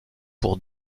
pour